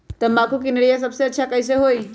तम्बाकू के निरैया सबसे अच्छा कई से होई?